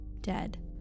dead